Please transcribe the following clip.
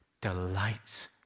delights